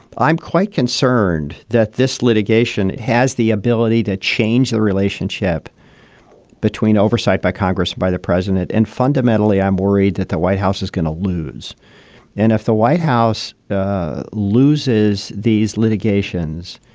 i'm quite concerned that this litigation has the ability to change the relationship between oversight by congress, by the president. and fundamentally, i'm worried that the white house is going to lose and if the white house loses these litigations,